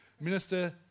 Minister